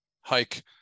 hike